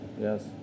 Yes